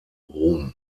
ruhm